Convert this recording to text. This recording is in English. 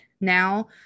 Now